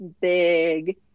big